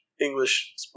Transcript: English